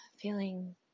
feeling